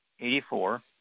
84